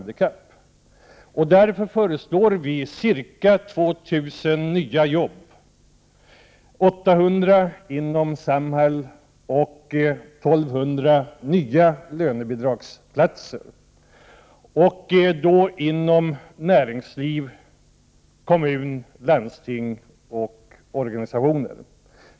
Därför föreslår vi ca 2 000 nya jobb, 800 inom Samhall och 1 200 nya lönebidragsplatser och då inom näringslivet, kommuner, landsting och organisationer.